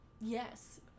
Yes